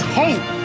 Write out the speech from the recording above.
hope